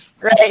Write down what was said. right